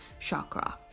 chakra